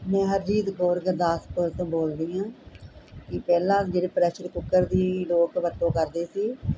ਮੈਂ ਹਰਜੀਤ ਕੌਰ ਗਰਦਾਸਪੁਰ ਤੋਂ ਬੋਲਦੀ ਹਾਂ ਕਿ ਪਹਿਲਾਂ ਜਿਹੜੇ ਪ੍ਰੈਸ਼ਰ ਕੂਕਰ ਦੀ ਲੋਕ ਵਰਤੋਂ ਕਰਦੇ ਸੀ